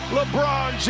LeBron